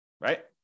right